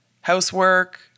housework